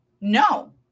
no